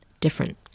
different